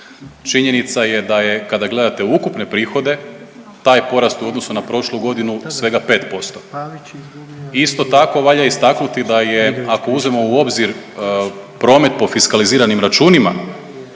Činjenica je da je kada gledate ukupne prihode taj porast u odnosu na prošlu godinu svega 5%. Isto tako valja istaknuti da je ako uzmemo u obzir promet po fiskaliziranim računima